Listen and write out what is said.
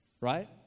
Right